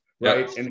right